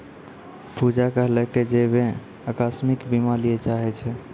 पूजा कहलकै जे वैं अकास्मिक बीमा लिये चाहै छै